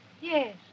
Yes